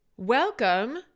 Welcome